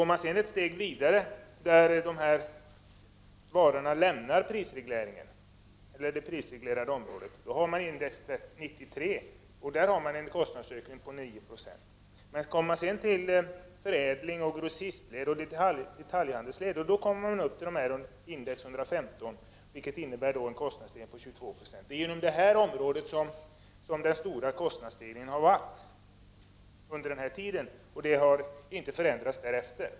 Går man ett steg vidare och ser på de varor, som är utanför det prisreglerade området finner man att index är 93. Där finns det en kostnadsökning på 9 76. Ser man vidare på förädlings-, grossistoch detaljhandelsleden har vi index på 115, vilket innebär en kostnadsstegring på 22 70. Det är inom dessa områden som vi har haft de stora kostnadsstegringarna under denna tid och som inte heller har förändrats därefter.